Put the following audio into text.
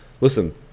listen